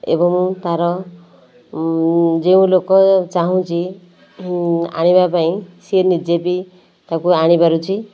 ଏବଂ ତାର ଯେଉଁ ଲୋକ ଚାହୁଁଛି ଆଣିବା ପାଇଁ ସିଏ ନିଜେ ବି ତାକୁ ଆଣିପାରୁଛି